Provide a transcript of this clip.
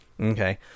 Okay